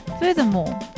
Furthermore